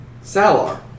Salar